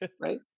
right